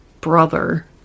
brother